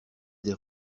des